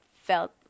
felt